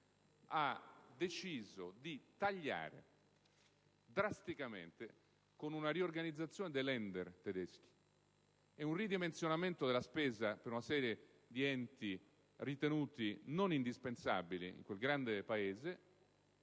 ha deciso di attuare tagli drastici, operando una riorganizzazione dei *Länder* tedeschi e un ridimensionamento della spesa per una serie di enti ritenuti non indispensabili in quel grande Paese,